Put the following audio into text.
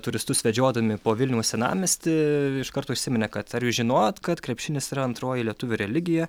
turistus vedžiodami po vilniaus senamiestį iškart užsiminė kad ar jūs žinojot kad krepšinis yra antroji lietuvių religija